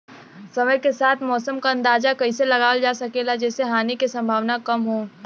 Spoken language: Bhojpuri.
समय के साथ मौसम क अंदाजा कइसे लगावल जा सकेला जेसे हानि के सम्भावना कम हो?